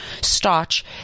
starch